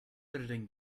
editing